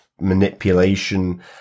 manipulation